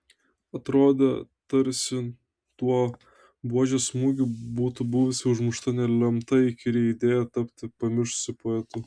atrodė tarsi tuo buožės smūgiu būtų buvusi užmušta nelemta įkyri idėja tapti pamišusiu poetu